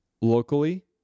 locally